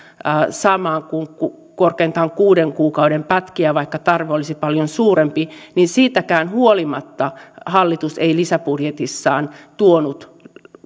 saamaan kuin korkeintaan kuuden kuukauden pätkiä vaikka tarve olisi paljon suurempi niin siitäkään huolimatta hallitus ei lisäbudjetissaan